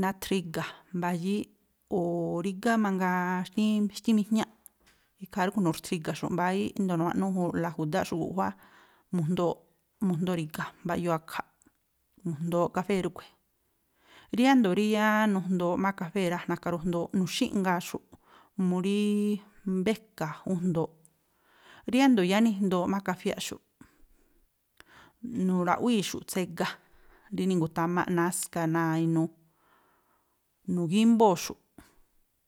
nathriga̱ mbayííꞌ o̱o̱ rígá mangaa xtíín, xtíín mijñáꞌ ikhaa ríꞌkhui̱ nu̱thriga̱xu̱ꞌ mbayííꞌ ríndo̱o nawáꞌnúu̱ꞌla júdáꞌxu̱ꞌ guꞌjuáá mu̱jndooꞌ, mu̱jndori̱ga̱, mba̱ꞌyoo a̱kha̱ꞌ. Mu̱jndooꞌ kafée̱ rúꞌkhui̱. Riándo̱ rí yáá nujndooꞌ má kafée̱ rá, na̱ka̱ rujndooꞌ, nu̱xíꞌngaaxu̱ꞌ, mu ríí mbéka̱ újndooꞌ. Riándo̱ yáá nijndooꞌ má kafiáꞌxu̱ꞌ, nu̱raꞌxíi̱xu̱ꞌ tsega rí ningu̱támáꞌ náska náa̱ inuu, nu̱gímbóo̱xu̱ꞌ.